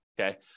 Okay